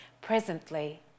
Presently